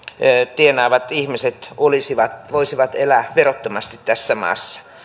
tienaavat ihmiset voisivat elää verottomasti tässä maassa